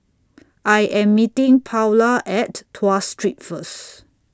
I Am meeting Paola At Tuas Street First